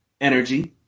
energy